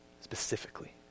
specifically